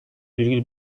virgül